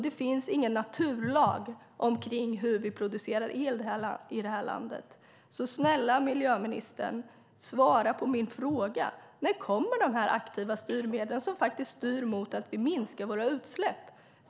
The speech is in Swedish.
Det finns ingen naturlag omkring hur vi producerar el i det här landet. Snälla miljöministern! Svara på min fråga! När kommer de aktiva styrmedel som styr mot att vi minskar våra utsläpp?